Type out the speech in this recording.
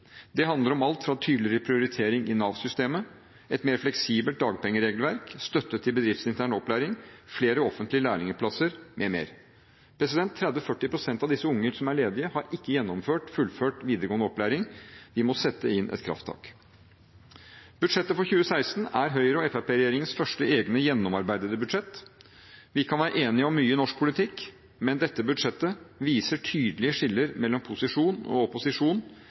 Det handler om alt fra tydeligere prioritering i Nav-systemet, et mer fleksibelt dagpengeregelverk, støtte til bedriftsintern opplæring, flere offentlige lærlingplasser m.m. 30–40 pst. av disse unge som er ledige, har ikke gjennomført/fullført videregående opplæring. Vi må sette inn et krafttak. Budsjettet for 2016 er Høyre–Fremskrittsparti-regjeringens første egne gjennomarbeidede budsjett. Vi kan være enige om mye i norsk politikk, men dette budsjettet viser tydelige skiller mellom posisjon og opposisjon